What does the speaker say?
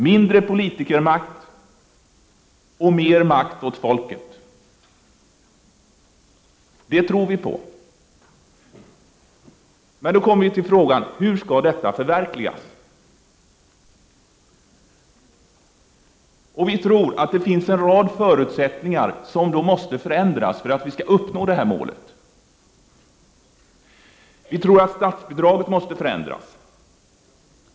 Mindre politikermakt och mer makt åt folket — det tror vi på. Men då kommer vi till frågan: Hur skall detta förverkligas? Vi tror att det finns en rad förutsättningar som måste förändras för att detta mål skall uppnås. Vi tror att statsbidraget måste förändras.